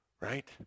right